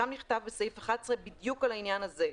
שם נכתב בסעיף 11 בדיוק על העניין הזה: